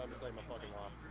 like home of a long